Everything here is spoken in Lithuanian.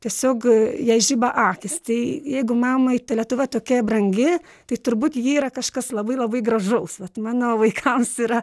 tiesiog jai žiba akys tai jeigu mamai lietuva tokia brangi tai turbūt ji yra kažkas labai labai gražaus vat mano vaikams yra